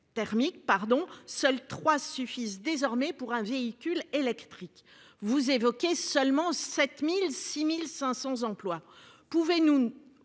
seuls trois suffisent désormais pour un véhicule électrique vous évoquez seulement 7006 1500 emplois